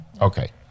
Okay